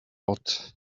lot